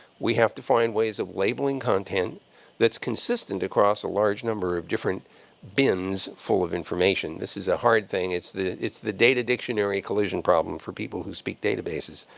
we have to find ways of labeling content that's consistent across a large number of different bins full of information. this is a hard thing. it's the it's the data dictionary collision problem for people who speak databases.